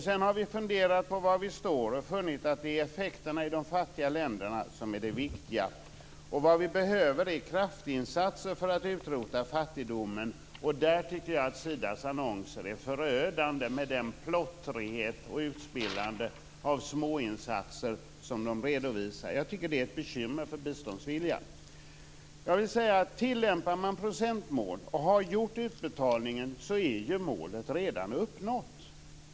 Sedan har vi funderat på var vi står och funnit att det är effekterna i de fattiga länderna som är det viktiga. Vad vi behöver är kraftinsatser för att utrota fattigdomen. I det sammanhanget tycker jag att Sidas annonser är förödande, med sin plottrighet och sitt utspillande av små insatser. Det är ett bekymmer för biståndsviljan. Tillämpar man procentmål och har gjort utbetalningen så är ju målet redan uppnått.